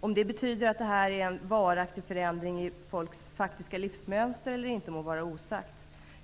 Om det är fråga om en varaktig förändring i folks faktiska livsmönster eller ej må vara osagt.